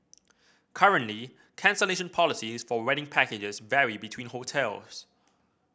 currently cancellation policies for wedding packages vary between hotels